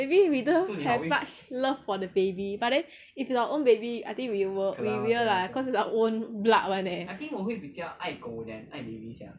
maybe we don't have much love for the baby but then if its your own baby I think we will we will lah cause its our own blood one eh